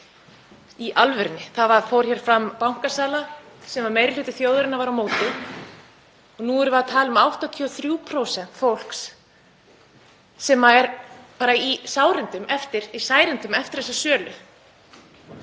Í alvörunni. Það fór hér fram bankasala sem meiri hluti þjóðarinnar var á móti. Nú erum við að tala um 83% fólks sem er bara í sárum eftir þessa sölu